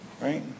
right